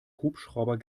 hubschrauber